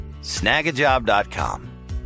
Snagajob.com